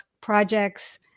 projects